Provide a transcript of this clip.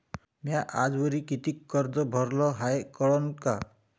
म्या आजवरी कितीक कर्ज भरलं हाय कळन का?